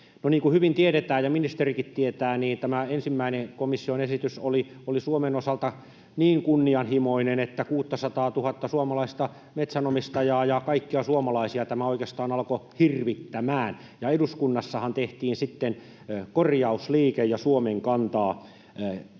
kuin hyvin tiedetään ja ministerikin tietää, tämä ensimmäinen komission esitys oli Suomen osalta niin kunnianhimoinen, että 600 000:ta suomalaista metsänomistajaa ja kaikkia suomalaisia tämä oikeastaan alkoi hirvittämään, ja eduskunnassahan tehtiin sitten korjausliike ja Suomen kantaa tiukennettiin.